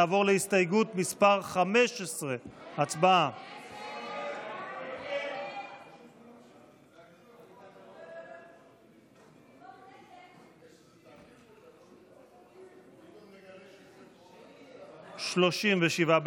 נעבור להסתייגות מס' 15. הצבעה.